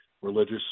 religious